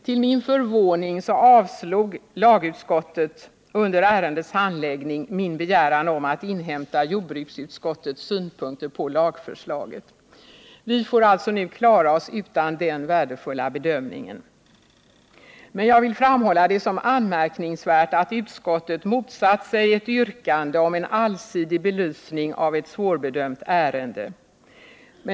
Till min förvåning avstyrkte lagutskottet under ärendets handläggning min begäran om att inhämta jordbruksutskottets synpunkter på lagförslaget. Vi får alltså nu klara oss utan den värdefulla bedömningen. Men jag vill framhålla att det är anmärkningsvärt att utskottet motsatt sig ett yrkande om en allsidig belysning av ett svårbedömt ärende.